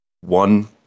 one